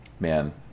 man